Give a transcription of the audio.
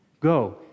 go